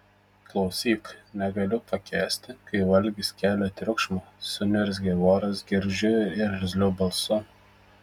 klausyk negaliu pakęsti kai valgis kelia triukšmą suniurzgė voras gergždžiu ir irzliu balsu